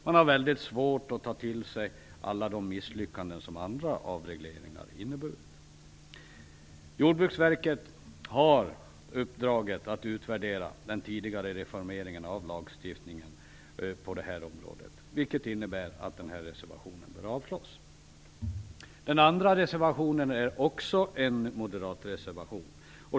Man har väldigt svårt att ta till sig alla de misslyckanden som andra avregleringar inneburit. Jordbruksverket har uppdraget att utvärdera den tidigare reformeringen av lagstiftningen på detta område, vilket innebär att reservationen bör avslås. Den andra reservationen är också en moderat reservation.